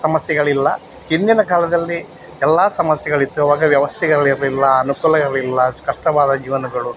ಸಮಸ್ಯೆಗಳಿಲ್ಲ ಇಂದಿನ ಕಾಲದಲ್ಲಿ ಎಲ್ಲ ಸಮಸ್ಯೆಗಳು ಇದ್ದವು ಆಗ ವ್ಯವಸ್ಥೆಗಳು ಇರಲಿಲ್ಲ ಅನುಕೂಲ ಇರಲಿಲ್ಲ ಕಷ್ಟವಾದ ಜೀವನಗಳು